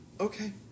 Okay